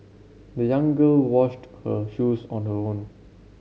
the young girl washed her shoes on her own